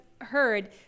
heard